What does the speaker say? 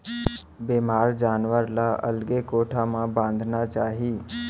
बेमार जानवर ल अलगे कोठा म बांधना चाही